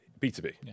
B2B